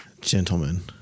gentlemen